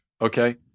Okay